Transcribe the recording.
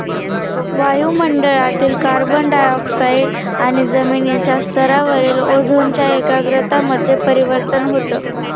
वायु मंडळातील carbon dioxide आणि जमिनीच्या स्तरावरील ओझोनच्या एकाग्रता मध्ये परिवर्तन होतं